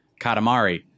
Katamari